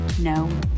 no